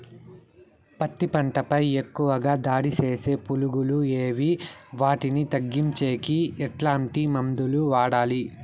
పత్తి పంట పై ఎక్కువగా దాడి సేసే పులుగులు ఏవి వాటిని తగ్గించేకి ఎట్లాంటి మందులు వాడాలి?